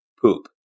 poop